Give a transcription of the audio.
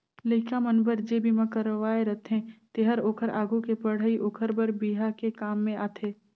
लइका मन बर जे बिमा करवाये रथें तेहर ओखर आघु के पढ़ई ओखर बर बिहा के काम में आथे